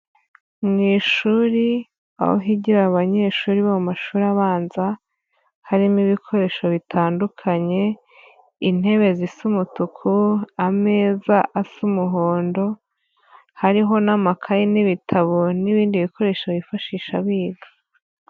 Mu ishuri aho higira abanyeshuri bo mu mashuri abanza, harimo ibikoresho bitandukanye intebe zisa, umutuku ameza asa umuhondo, hariho n'amakaye n'ibitabo n'ibindi bikoresho bifashisha biga.